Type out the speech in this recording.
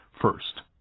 first